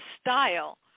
style